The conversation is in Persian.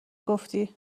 گفتی